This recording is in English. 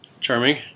Charming